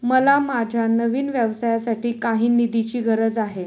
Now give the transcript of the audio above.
मला माझ्या नवीन व्यवसायासाठी काही निधीची गरज आहे